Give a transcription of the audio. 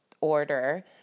order